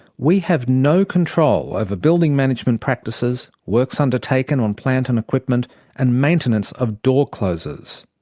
we have no control over building management practices, works undertaken on plant and equipment and maintenance of door closers.